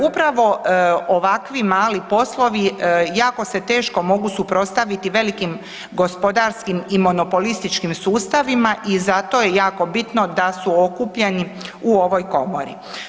Upravo ovakvi mali poslovi jako se teško mogu suprotstaviti velikim gospodarskim i monopolističkim sustavima i zato je jako bitno da su okupljeni u ovoj komori.